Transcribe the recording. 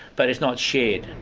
but it's not shared.